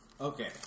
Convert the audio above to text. Okay